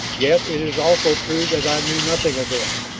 yet it is also true that i knew nothing of this,